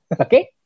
Okay